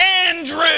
Andrew